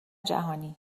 جهانی